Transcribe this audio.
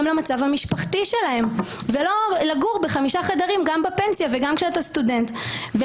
למצב המשפחתי שלהם ולא לגור בחמישה חדרים גם בפנסיה וגם כשאתה סטודנט.